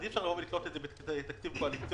אז אי-אפשר לתלות את זה בתקציב קואליציוני,